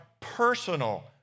personal